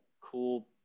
cool